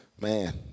man